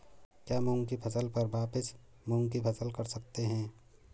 क्या मूंग की फसल पर वापिस मूंग की फसल कर सकते हैं?